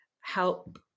help